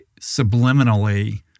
subliminally